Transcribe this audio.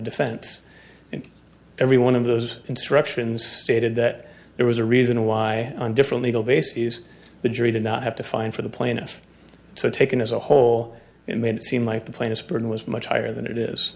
defense and every one of those instructions stated that there was a reason why on different legal bases the jury did not have to find for the plaintiff so taken as a whole and made it seem like the plainest burden was much higher than it is